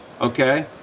okay